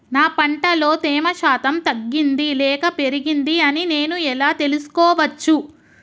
నా పంట లో తేమ శాతం తగ్గింది లేక పెరిగింది అని నేను ఎలా తెలుసుకోవచ్చు?